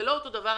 זה לא אותו דבר.